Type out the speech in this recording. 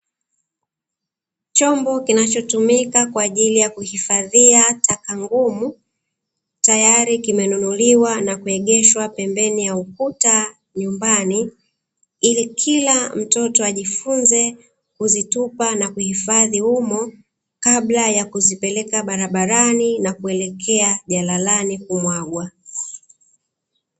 Chombo kinachotumika kwaajili ya kuhifadhia taka ngumu tayali kimenunuliwa na kuegeshwa pembeni ya ukuta nyumbani, ili kila mtoto ajifunze kuzitupa na kuhifadhi humo kabla yakuzipeleka barabarani na kuelekea jalalani kumwagwa.